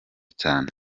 cyane